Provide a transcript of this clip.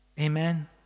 Amen